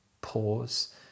pause